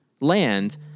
land